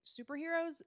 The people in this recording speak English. superheroes